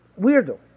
weirdo